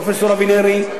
פרופסור אבינרי,